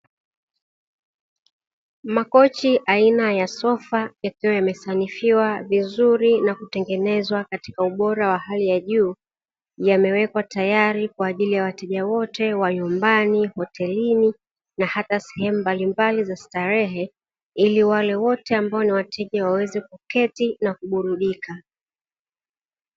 Makochi aina ya sofa yakiwa yamesanifiwa vizuri na kutengenezwa katika ubora wa hali ya juu, yamewekwa tayari kwa ajili ya wateja wote wa nyumbani hotelini na hata sehemu mbalimbali za starehe, ili wale wote ambao ni wateja waweze kuketi na kuburudika.